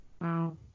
wow